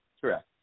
Correct